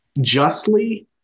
justly